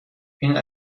این